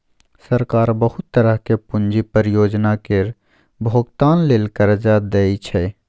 सरकार बहुत तरहक पूंजी परियोजना केर भोगतान लेल कर्जा दइ छै